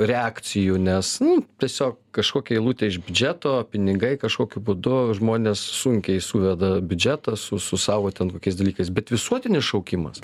reakcijų nes nu tiesiog kažkokia eilutė iš biudžeto pinigai kažkokiu būdu žmonės sunkiai suveda biudžetą su su savo ten kokiais dalykais bet visuotinis šaukimas